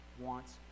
wants